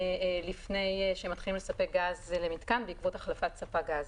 לפני שמתחילים לספק גז למיתקן בעקבות החלפת ספק גז.